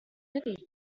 ready